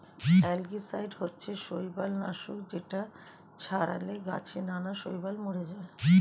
algicide হচ্ছে শৈবাল নাশক যেটা ছড়ালে গাছে নানা শৈবাল মরে যায়